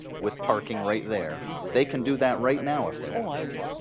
with parking right there. they can do that right now if they want.